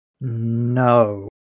No